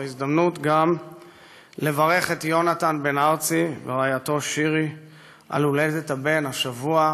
זו הזדמנות גם לברך את יונתן בן-ארצי ורעייתו שירי על הולדת הבן השבוע,